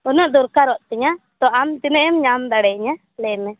ᱩᱱᱟᱹᱜ ᱫᱚᱨᱠᱟᱨᱚᱜ ᱛᱤᱧᱟᱹ ᱛᱚ ᱟᱢ ᱛᱤᱱᱟᱹᱜ ᱮᱢ ᱧᱟᱢ ᱫᱟᱲᱮᱭᱟ ᱧᱟ ᱞᱟ ᱭᱢᱮ